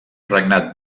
regnat